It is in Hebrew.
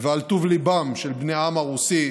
ועל טוב ליבם של בני העם הרוסי,